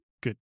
good